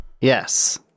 Yes